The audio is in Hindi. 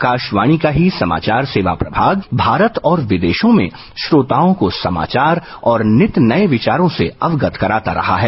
आकाशवाणी का ही समाचार सेवा प्रमाग भारत और विदेशों में श्रोताओं को समाचार और नित नये विचारों से अवगत कराता रहा है